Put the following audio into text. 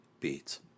beats